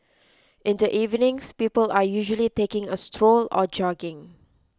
in the evenings people are usually taking a stroll or jogging